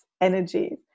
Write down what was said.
energy